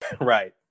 Right